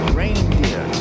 reindeer